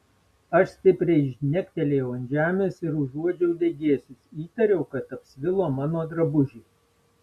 aš stipriai žnektelėjau ant žemės ir užuodžiau degėsius įtariau kad apsvilo mano drabužiai